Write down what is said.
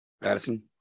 Madison